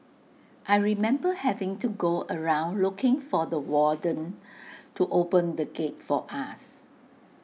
I remember having to go around looking for the warden to open the gate for us